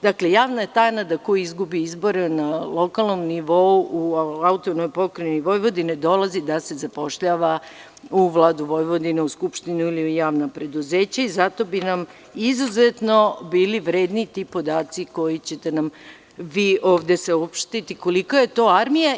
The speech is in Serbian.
Dakle, javna je tajna da ko izgubi izbore na lokalnom nivou u AP Vojvodini, dolazi da se zapošljava u Vladu Vojvodine, u Skupštinu ili javna preduzeća i zato bi nam izuzetno bili vredni ti podaci koje ćete nam vi ovde saopštiti, kolika je to armija.